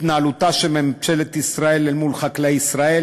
התנהלותה של ממשלת ישראל אל מול חקלאי ישראל